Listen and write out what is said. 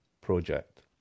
project